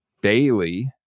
Bailey